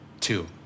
two